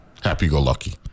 Happy-go-lucky